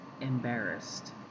embarrassed